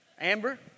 Amber